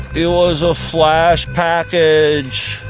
it was a flash package.